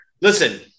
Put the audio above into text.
listen